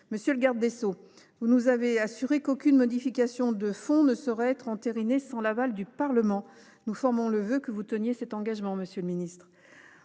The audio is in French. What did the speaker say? Monsieur le garde des sceaux, vous nous avez assuré qu’aucune modification de fond ne saurait être entérinée sans l’aval du Parlement. Nous formons le vœu que vous teniez cet engagement. En matière